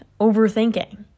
overthinking